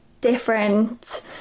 different